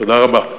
תודה רבה.